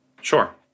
sure